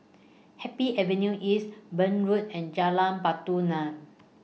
Happy Avenue East Burn Road and Jalan Batu Nilam